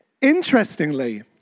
Interestingly